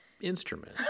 instrument